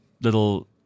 little